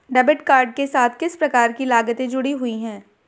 Debit card के साथ किस प्रकार की लागतें जुड़ी हुई हैं?